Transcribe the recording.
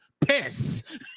Piss